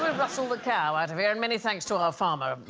rustle the cow out of here and many thanks to our farmer